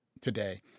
today